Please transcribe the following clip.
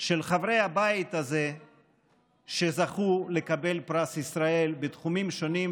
של חברי הבית הזה שזכו לקבל פרס ישראל בתחומים שונים,